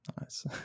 Nice